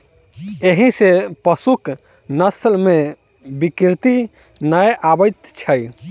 एहि सॅ पशुक नस्ल मे विकृति नै आबैत छै